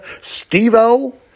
Steve-O